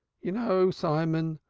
you know, simon,